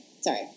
Sorry